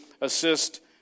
assist